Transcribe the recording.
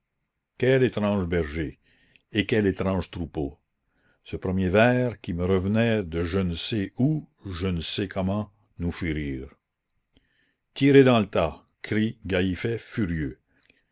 quel étrange berger et quel étrange troupeau ce premier vers qui me revenait de je ne sais où je ne sais comment nous fit rire tirez dans le tas crie gallifet furieux